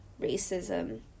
racism